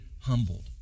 humbled